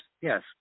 yes